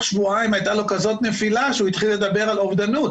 שבועיים הייתה לו כזו נפילה שהוא התחיל לדבר על אובדנות,